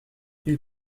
ils